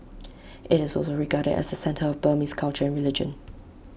IT is also regarded as the centre of Burmese culture and religion